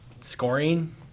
scoring